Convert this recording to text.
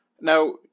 Now